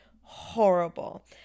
horrible